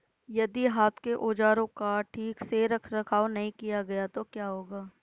यदि हाथ के औजारों का ठीक से रखरखाव नहीं किया गया तो क्या होगा?